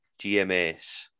GMS